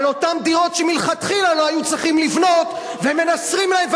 על אותן דירות שמלכתחילה לא היו צריכים לבנות ומנסרים להם,